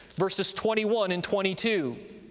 verses twenty one and twenty two,